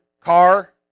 car